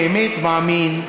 באמת מאמין,